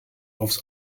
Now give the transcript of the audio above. aufs